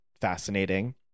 fascinating